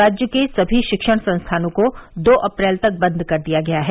राज्य के सभी शिक्षण संस्थानों को दो अप्रैल तक बंद कर दिया गया है